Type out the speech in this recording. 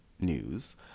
news